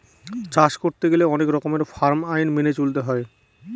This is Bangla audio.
চাষ করতে গেলে অনেক রকমের ফার্ম আইন মেনে চলতে হয়